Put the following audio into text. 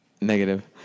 Negative